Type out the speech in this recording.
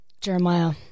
Jeremiah